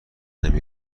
نمی